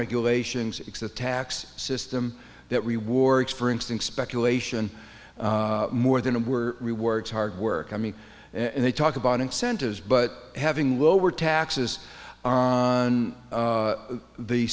regulations except tax system that rewards for instance speculation more than were rewards hard work i mean and they talk about incentives but having lower taxes on